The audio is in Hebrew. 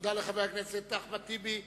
תודה לחבר הכנסת אחמד טיבי.